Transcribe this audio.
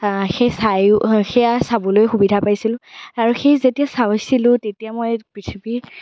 সেয়া চাবলৈ সুবিধা পাইছিলোঁ আৰু সেই যেতিয়া চাইছিলোঁ তেতিয়া মই পৃথিৱীৰ